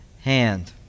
hand